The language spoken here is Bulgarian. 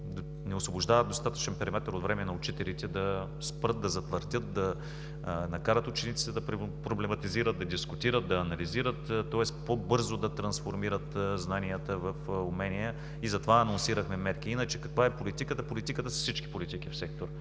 …не освобождават достатъчен периметър от време на учителите да спрат, да затвърдят, да накарат учениците да проблематизират, да дискутират, да анализират, тоест по-бързо да трансформират знанията в умения и затова анонсирахме мерки. Иначе каква е политиката? Политиката са всички политики в сектора.